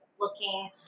looking